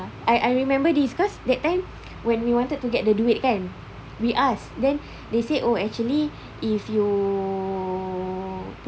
ya I I remember this because that time when we wanted to get the duit kan we ask then they say oh actually if you